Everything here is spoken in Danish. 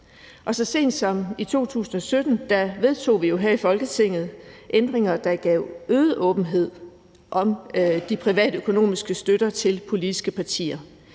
Så sent som i 2017 vedtog vi her i Folketinget ændringer, der gav øget åbenhed om den privatøkonomiske støtte til politiske partier.